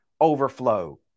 overflow